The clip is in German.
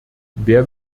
wer